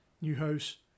Newhouse